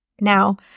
Now